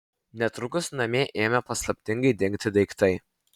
netrukus namie ėmė paslaptingai dingti daiktai